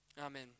amen